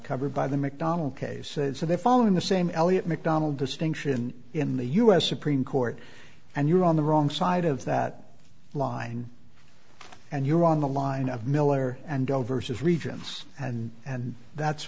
covered by the mcdonnell case said so they're following the same eliot mcdonnell distinction in the u s supreme court and you're on the wrong side of that line and you're on the line of miller and go vs regions and and that's